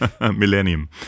Millennium